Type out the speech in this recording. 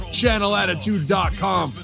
channelattitude.com